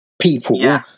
people